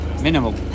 minimal